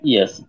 Yes